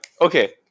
okay